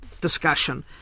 discussion